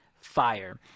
fire